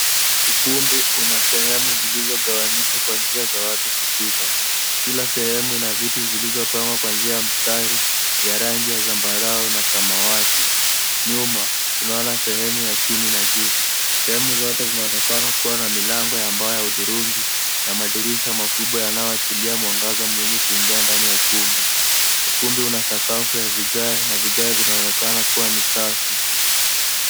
Ukumbi una sehemu zilizogawanyishwa kwa njia za watu kupita. Kila sehemu ina viti zilizopangwa kuanzia mstari, vya rangi ya zambarau na samawati. Nyuma, tunaona sehemu ya chini na juu. Sehemu zote zinaonekana kuwa na milango ya mbao hudhurungi, na madirisha makubwa yanayoachilia mwangaza mwingi kuingia ndani ya ukumbi. Ukumbi una sakafu ya vigae, na vigae vinaonekana kuwa ni safi.